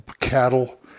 cattle